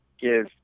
give